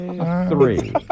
Three